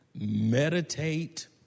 meditate